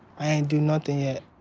i ain't do nothing yet.